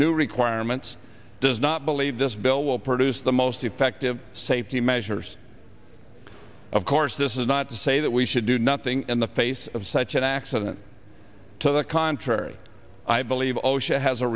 new requirements does not believe this bill will produce the most effective safety measures of course this is not to say that we should do nothing in the face of such an accident to the contrary i believe osha has a